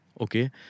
okay